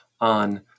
on